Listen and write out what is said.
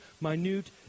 minute